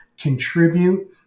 contribute